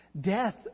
Death